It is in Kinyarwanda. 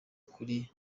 kuri